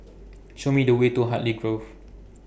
Show Me The Way to Hartley Grove